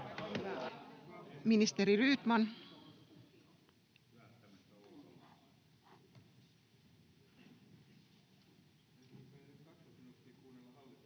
Ministeri Rydman.